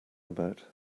about